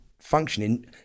functioning